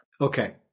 Okay